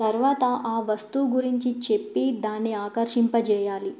తర్వాత ఆ వస్తువు గురించి చెప్పి దాన్ని ఆకర్షింపజేయాలి